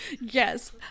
Yes